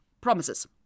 promises